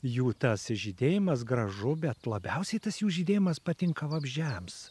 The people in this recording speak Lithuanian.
jų tas žydėjimas gražu bet labiausiai tas jų žydėjimas patinka vabzdžiams